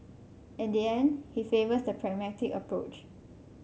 in the end he favours the pragmatic approach